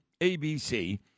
ABC